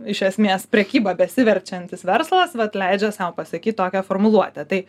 iš esmės prekyba besiverčiantis verslas vat leidžia sau pasakyt tokią formuluotę tai